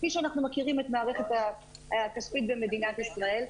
כפי שאנחנו מכירים את המערכת הכספית במדינת ישראל,